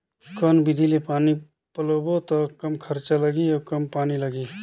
कौन विधि ले पानी पलोबो त कम खरचा लगही अउ कम पानी लगही?